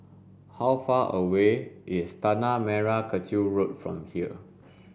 how far away is Tanah Merah Kechil Road from here